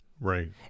right